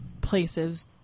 places